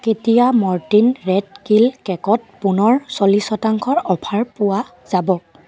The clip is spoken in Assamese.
কেতিয়া মৰ্টিন ৰেট কিল কে'কত পুনৰ চল্লিছ শতাংশ অফাৰ পোৱা যাব